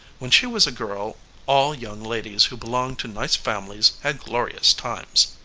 when she was a girl all young ladies who belonged to nice families had glorious times.